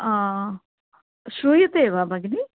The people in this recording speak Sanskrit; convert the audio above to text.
श्रूयते वा भगिनि